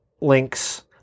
links